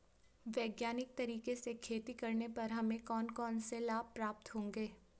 वैज्ञानिक तरीके से खेती करने पर हमें कौन कौन से लाभ प्राप्त होंगे?